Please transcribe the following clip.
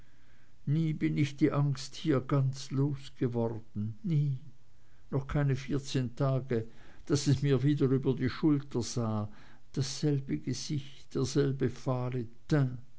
nie bin ich die angst hier ganz losgeworden nie noch keine vierzehn tage daß es mir wieder über die schulter sah dasselbe gesicht derselbe fahle